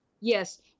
Yes